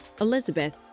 Elizabeth